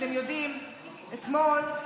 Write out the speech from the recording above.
אתם יודעים, אתמול,